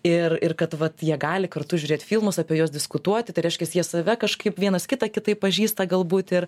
ir ir kad vat jie gali kartu žiūrėt filmus apie juos diskutuoti tai reiškias jie save kažkaip vienas kitą kitaip pažįsta galbūt ir